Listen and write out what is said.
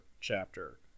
chapter